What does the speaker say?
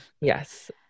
Yes